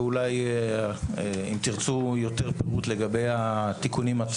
ואולי אם תרצו יותר פירוט לגבי התיקונים.